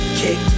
kick